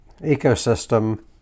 ecosystem